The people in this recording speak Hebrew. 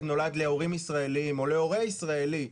נולד להורים ישראלים או להורה ישראלי,